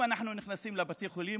אם אנחנו נכנסים לבתי החולים,